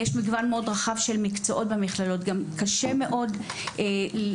יש מגוון מאוד רחב של מקצועות במכללות וקשה מאוד ללכת